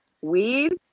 weed